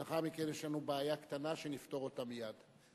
לאחר מכן יש לנו בעיה קטנה, שנפתור אותה מייד.